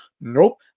Nope